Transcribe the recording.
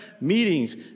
Meetings